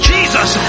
Jesus